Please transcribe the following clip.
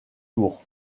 tour